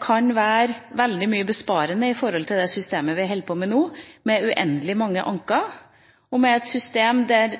kan være veldig mye besparende i forhold til det systemet vi holder oss med nå – med uendelig mange anker og med et system der